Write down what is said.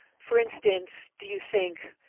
for instance, do you think,